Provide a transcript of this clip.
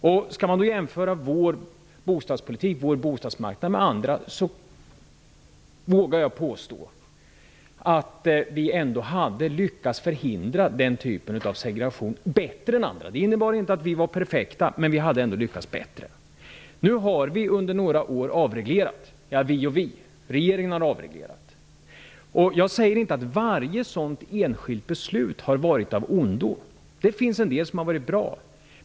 När man jämför vår bostadspolitik och bostadsmarknad med andra länders vågar jag påstå att vi ändå lyckades förhindra segregation bättre än andra länder. Det innebär inte att vi var perfekta men vi hade lyckats bättre. Nu har regeringen avreglerat under några år. Jag säger inte att varje sådant enskilt beslut har varit av ondo. Det finns en del åtgärder som har varit bra.